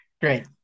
Great